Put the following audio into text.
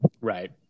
right